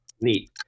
Neat